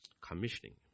Commissioning